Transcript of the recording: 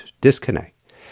disconnect